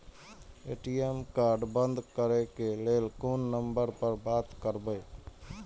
ATM card बंद करे के लेल कोन नंबर पर बात करबे?